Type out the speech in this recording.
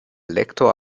lektor